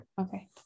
okay